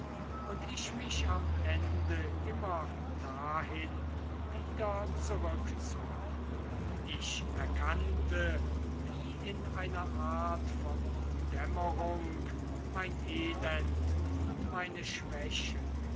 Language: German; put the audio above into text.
und ich mich am ende immer dahin zurückzog ich erkannte wie in einer art von dämmerung mein elend und meine schwäche